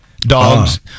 dogs